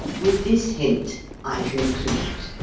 with this hint i conclude.